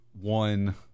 one